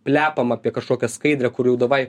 plepam apie kašokią skaidrę kur jau davaj